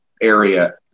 area